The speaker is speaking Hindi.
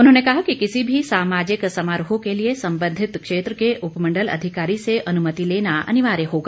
उन्होंने कहा कि किसी भी सामाजिक समारोह के लिए संबंधित क्षेत्र के उपमंडल अधिकारी से अनुमति लेना अनिवार्य होगा